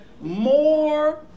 more